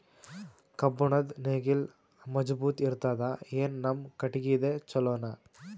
ಕಬ್ಬುಣದ್ ನೇಗಿಲ್ ಮಜಬೂತ ಇರತದಾ, ಏನ ನಮ್ಮ ಕಟಗಿದೇ ಚಲೋನಾ?